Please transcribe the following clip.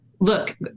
Look